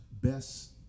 best